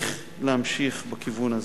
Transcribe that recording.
וצריך להמשיך בכיוון הזה.